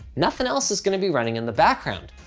nothing else is gonna be running in the background.